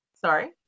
Sorry